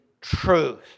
truth